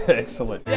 excellent